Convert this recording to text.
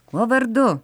kuo vardu